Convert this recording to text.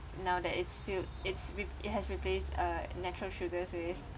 now that it's filled it's re~ it has replaced uh natural sugars with